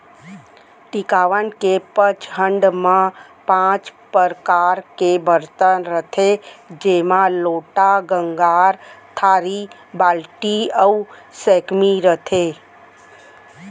टिकावन के पंचहड़ म पॉंच परकार के बरतन रथे जेमा लोटा, गंगार, थारी, बाल्टी अउ सैकमी रथे